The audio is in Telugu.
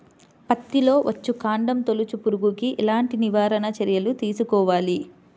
పత్తిలో వచ్చుకాండం తొలుచు పురుగుకి ఎలాంటి నివారణ చర్యలు తీసుకోవాలి?